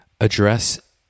address